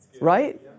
Right